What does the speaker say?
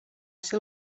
ser